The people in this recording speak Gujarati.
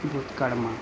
ભૂતકાળમાં